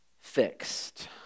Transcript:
fixed